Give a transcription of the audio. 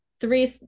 three